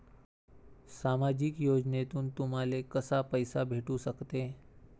सामाजिक योजनेतून तुम्हाले कसा पैसा भेटू सकते?